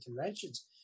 conventions